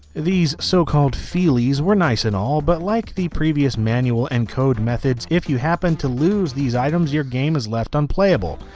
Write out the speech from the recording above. these so-called feelies were nice and all but like the previous manual and code methods if you happen to lose these items your game is left unplayable.